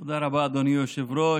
תודה רבה, אדוני היושב-ראש.